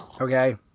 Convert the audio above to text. okay